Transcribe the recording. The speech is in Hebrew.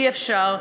אי-אפשר.